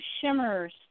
Shimmer's